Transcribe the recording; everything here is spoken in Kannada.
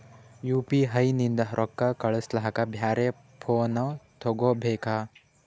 ಯು.ಪಿ.ಐ ನಿಂದ ರೊಕ್ಕ ಕಳಸ್ಲಕ ಬ್ಯಾರೆ ಫೋನ ತೋಗೊಬೇಕ?